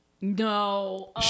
No